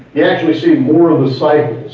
yeah actually see more of a cycle,